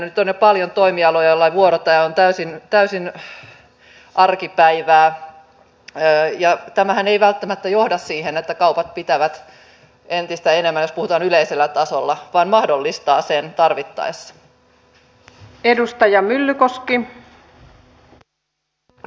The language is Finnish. on todella paljon toimialoja joilla vuorotyö on täysin arkipäivää ja tämähän ei välttämättä johda siihen että kaupat ovat auki entistä enemmän jos puhutaan yleisellä tasolla vaan tämä mahdollistaa sen tarvittaessa